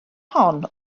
hon